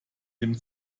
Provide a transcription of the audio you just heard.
dem